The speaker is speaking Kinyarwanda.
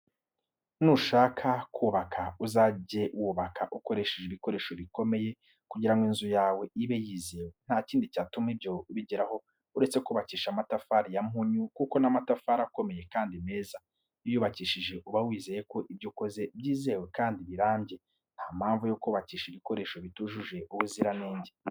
Nushaka kubaka uzajye wubaka ukoresheje ibikoresho bikomeye kugira ngo inzu yawe ibe yizewe, nta kindi cyatuma ibyo ubigeraho uretse kubakisha amatafari ya mpunyu kuko n'amatafari akomeye kandi meza. Iyo uyubakishije uba wizeye ko ibyo ukoze byizewe kandi birambye. Nta mpamvu yo kubakisha ibikoresho bitujuje ubuziranenge.